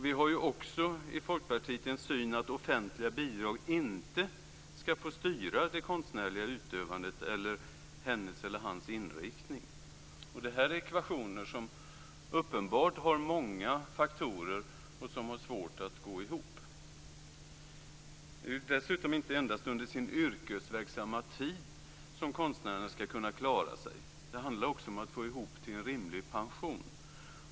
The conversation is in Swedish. Vi i Folkpartiet har uppfattningen att offentliga bidrag inte skall få styra det konstnärliga utövandet eller hennes/hans inriktning. Det här är ekvationer som uppenbart har många faktorer och som det är svårt att få att gå ihop. Dessutom är det inte endast under den yrkesverksamma tiden som konstnärerna skall kunna klara sig. Det handlar också om att få ihop till en rimlig pension.